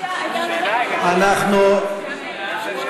הייתה לנו בקשה.